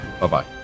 Bye-bye